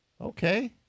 Okay